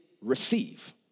receive